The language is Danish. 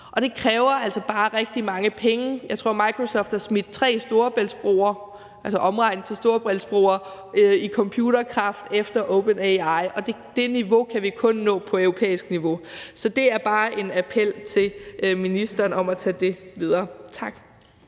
EU. Det kræver altså bare rigtig mange penge. Jeg tror, at Microsoft har smidt, hvad der svarer til tre storebæltsbroer i computerkraft efter open AI, og det niveau kan vi kun nå på europæisk niveau. Så det er bare en appel til ministeren om at tage det videre. Tak.